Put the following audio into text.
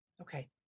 Okay